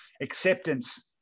acceptance